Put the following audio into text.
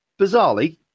bizarrely